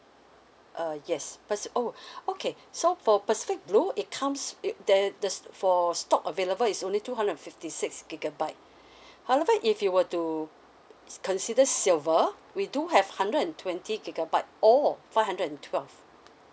uh yes pacif~ oh okay so for pacific blue it comes wi~ there there for stock available is only two hundred and fifty six gigabyte so if you were to consider silver we do have hundred and twenty eight gigabyte or five hundred and twelve